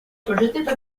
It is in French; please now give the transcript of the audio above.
cette